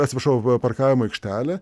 atsiprašau parkavimo aikštelę